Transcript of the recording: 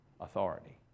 authority